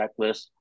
checklist